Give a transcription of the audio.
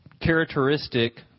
characteristic